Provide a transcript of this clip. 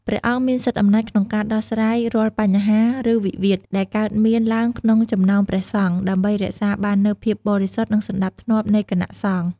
ព្រះអង្គមានសិទ្ធិអំណាចក្នុងការដោះស្រាយរាល់បញ្ហា ឬវិវាទដែលកើតមានឡើងក្នុងចំណោមព្រះសង្ឃ ដើម្បីរក្សាបាននូវភាពបរិសុទ្ធ និងសណ្ដាប់ធ្នាប់នៃគណៈសង្ឃ។